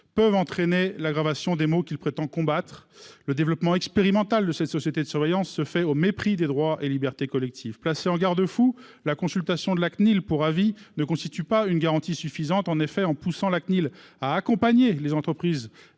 peuvent entraîner l'aggravation des maux qu'elles prétendent combattre. Le développement expérimental de cette société de surveillance se fait au mépris des droits et des libertés collectives. Placée en garde-fou, la consultation pour avis de la Cnil ne constitue pas une garantie suffisante. En effet, en poussant la Cnil à accompagner les entreprises